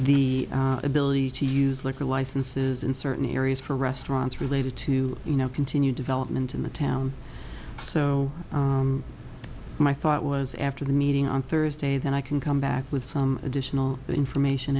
the ability to use liquor licenses in certain areas for restaurants related to you know continue development in the town so my thought was after the meeting on thursday then i can come back with some additional information